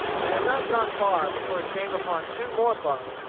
and had not gone far before he came upon two more bucks,